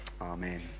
Amen